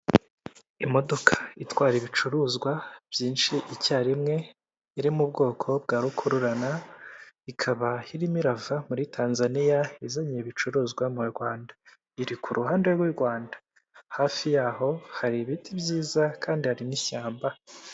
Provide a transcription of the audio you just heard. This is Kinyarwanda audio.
Imodoka itwara ibicuruzwa byinshi icyarimwe iri mu bwoko bwa rukururana, ikaba irimo irava muri Tanzaniya, izanye ibicuruzwa mu Rwanda. Iri ku ruhande rw'u Rwanda, hafi yaho hari ibiti byiza kandi hari n'ishyamba.